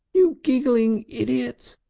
you giggling idiot!